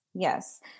Yes